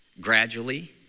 Gradually